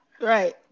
right